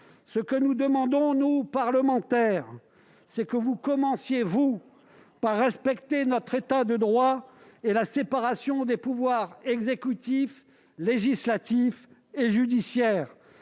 Ce que nous demandons, nous, parlementaires, c'est que vous commenciez, vous, par respecter notre État de droit et la séparation des pouvoirs exécutif, législatif et judiciaire,